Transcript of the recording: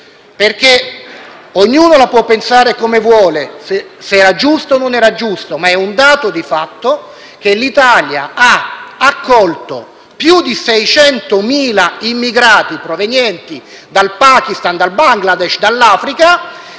perché ognuno la può pensare come vuole, se fosse giusto o meno, ma è un dato di fatto che l'Italia ha accolto più di 600.000 immigrati provenienti dal Pakistan, dal Bangladesh, dall'Africa,